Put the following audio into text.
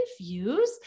views